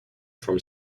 from